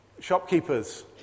shopkeepers